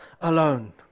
alone